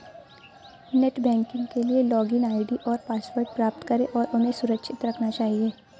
net banking के लिए login ID और पासवर्ड प्राप्त करें और उन्हें सुरक्षित रखना चहिये